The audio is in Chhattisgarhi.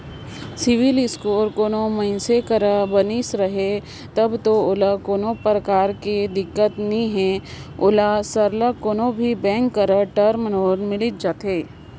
सिविल इस्कोर कोनो मइनसे कर बनिस अहे तब दो ओला कोनो परकार कर दिक्कत नी हे ओला सरलग कोनो भी बेंक कर टर्म लोन मिलिच जाथे